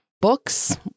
books